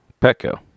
Petco